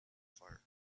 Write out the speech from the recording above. fire